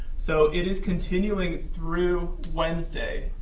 so it is continuing through wednesday.